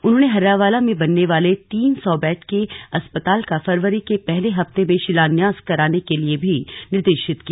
उन्होंने हर्रावाला में बनने वाले तीन सौ बेड के अस्पताल का फरवरी के पहले हफ्ते में शिलान्यास कराने के लिए भी निर्देशित किया